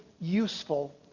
useful